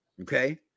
Okay